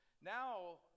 Now